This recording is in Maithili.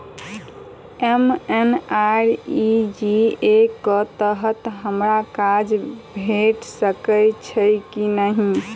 एम.एन.आर.ई.जी.ए कऽ तहत हमरा काज भेट सकय छई की नहि?